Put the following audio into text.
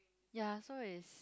ya so is